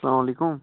اسلامُ علیکُم